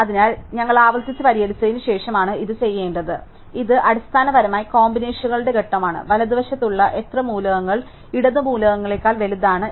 അതിനാൽ ഞങ്ങൾ ആവർത്തിച്ച് പരിഹരിച്ചതിന് ശേഷമാണ് ഇത് ചെയ്യേണ്ടത് അതിനാൽ ഇത് അടിസ്ഥാനപരമായി കോമ്പിനേഷനുകളുടെ ഘട്ടമാണ് വലതുവശത്തുള്ള എത്ര മൂലകങ്ങൾ ഇടത് മൂലകങ്ങളേക്കാൾ വലുതാണ്